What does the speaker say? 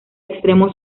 extremo